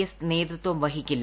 S നേതൃത്വം വഹിക്കില്ല